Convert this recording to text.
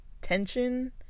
tension